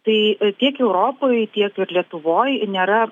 tai tiek europoj tiek ir lietuvoj nėra